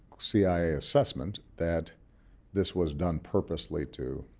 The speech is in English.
cia assessment that this was done purposely to